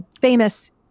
famous